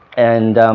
and